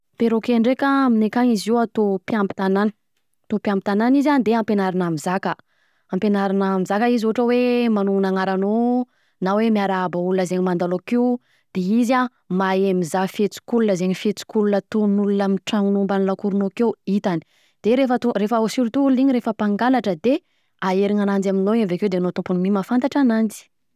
Perroquet dreka an, aminay akany iey io atao mpiambitanàna, atao mpiambitanàna izy an, de ampianarina mizaka, ampianarina mizaka izy ohatra hoe magnonona agnaranao; na hoe miarahaba olona zegny mandao akeo ,de izy an mahay mizaha fihetsik’olona zegny, fihetsik’olona ataon’ olona amin’ny tragnonao ambany lakoronao akeo itany, de rehefa, rehefa surtout olona iny rehefa mpangalatra de aherina ananjy aminao iny avakeo, de anao tompony mi mahafantatra ananjy.